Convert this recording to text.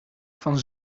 van